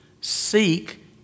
Seek